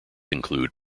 include